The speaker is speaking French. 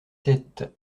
sept